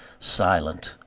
silent,